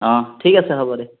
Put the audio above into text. অ ঠিক আছে হ'ব দে